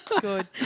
Good